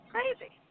Crazy